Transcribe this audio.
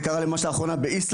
זה קרה לי ממש לאחרונה באיסלנד.